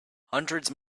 hundreds